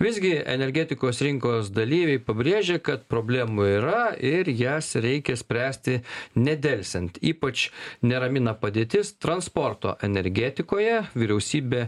visgi energetikos rinkos dalyviai pabrėžia kad problemų yra ir jas reikia spręsti nedelsiant ypač neramina padėtis transporto energetikoje vyriausybė